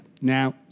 Now